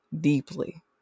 deeply